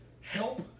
help